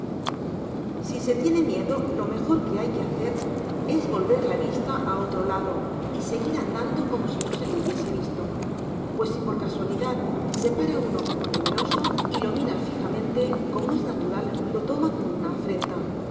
si se tiene miedo lo mejor que hay que hacer es volver la vista á otro lado y seguir andando como si no se le hubiese visto pues si por casualidad se para uno como temeroso y lo mira fijamente como es natural lo toma por una afrenta